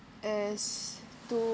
as to